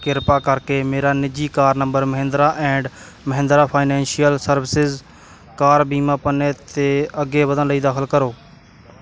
ਕਿਰਪਾ ਕਰਕੇ ਮੇਰਾ ਨਿੱਜੀ car number Mahindra and Mahindra financial services car ਬੀਮਾ ਪੰਨੇ 'ਤੇ ਅੱਗੇ ਵਧਣ ਲਈ ਦਾਖਲ ਕਰੋ